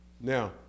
Now